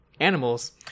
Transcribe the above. animals